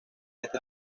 este